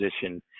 position